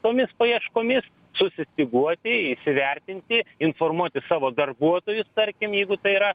tomis paieškomis susistyguoti įsivertinti informuoti savo darbuotojus tarkim jeigu tai yra